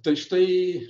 tai štai